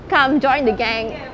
come join the gang